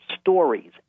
stories